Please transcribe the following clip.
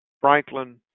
Franklin